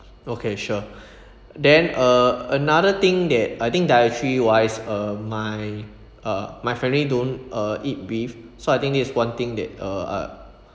okay sure then uh another thing that I think dietary-wise uh my uh my family don't uh eat beef so I think this is one thing that uh